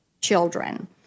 children